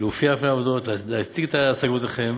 להופיע בפני הוועדה, להציג את השגותיכם,